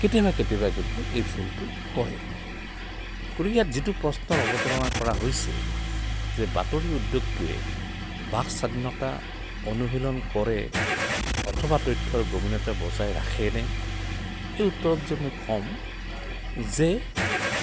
কেতিয়াবা কেতিয়াবা কিন্তু এই ভুলটো কৰে গতিকে ইয়াত যিটো প্ৰশ্ন অৱতাৰণা কৰা হৈছে যে বাতৰি উদ্যোগটোৱে বাক স্বাধীনতা অনুশীলন কৰে অথবা তথ্যৰ গোপনীয়তা বজাই ৰাখে নে এই উত্তৰত যে মই ক'ম যে